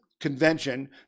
convention